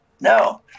No